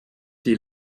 die